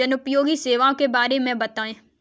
जनोपयोगी सेवाओं के बारे में बताएँ?